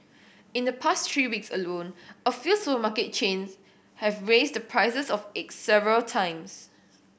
in the past three weeks alone a few supermarket chain have raised the prices of eggs several times